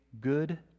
good